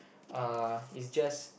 uh is just